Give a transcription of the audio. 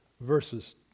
verses